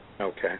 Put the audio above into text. Okay